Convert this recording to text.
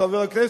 חבר הכנסת,